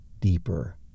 deeper